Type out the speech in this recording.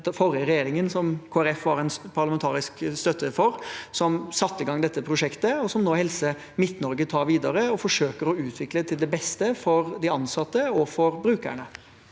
forrige regjeringen, som Kristelig Folkeparti var en parlamentarisk støtte for, som satte i gang dette prosjektet, som Helse Midt-Norge nå tar videre og forsøker å utvikle til det beste for de ansatte og for brukerne.